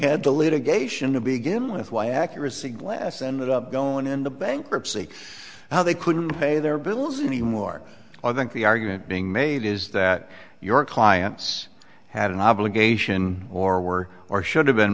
had the litigation to begin with why accuracy glass ended up going into bankruptcy how they couldn't pay their bills anymore i think the argument being made is that your clients had an obligation or were or should have been